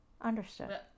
understood